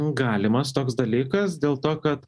galimas toks dalykas dėl to kad